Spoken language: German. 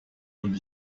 und